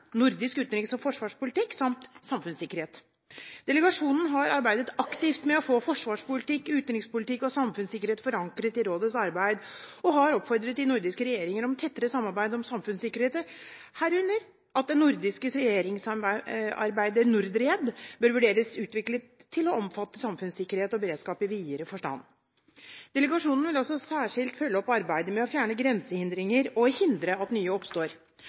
Nordisk utenriks- og forsvarspolitikk samt samfunnssikkerhet. Delegasjonen har arbeidet aktivt med å få forsvarspolitikk, utenrikspolitikk og samfunnssikkerhet forankret i rådets arbeid og har oppfordret de nordiske regjeringer til tettere samarbeid om samfunnssikkerhet, herunder at det nordiske redningssamarbeidet NORDRED bør vurderes utviklet til å omfatte samfunnssikkerhet og beredskap i videre forstand. Delegasjonen vil også særskilt følge opp arbeidet med å fjerne grensehindringer og å hindre at nye oppstår.